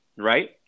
right